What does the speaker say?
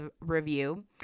review